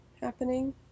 happening